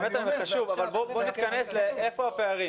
באמת אני אומר, אבל בוא נתכנס לאיפה הפערים.